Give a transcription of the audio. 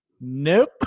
nope